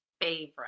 favorite